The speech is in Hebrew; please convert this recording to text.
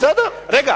בסדר, הקריאה